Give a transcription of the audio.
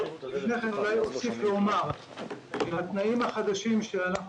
אבל לפני כן אוסיף ואומר שהתנאים החדשים שאנחנו